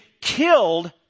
killed